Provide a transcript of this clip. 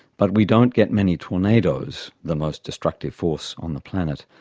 but we don't get many tornados, the most destructive force on the planet.